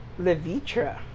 Levitra